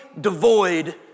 devoid